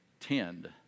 Tend